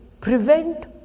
prevent